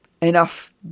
enough